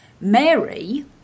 Mary